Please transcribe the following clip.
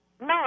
No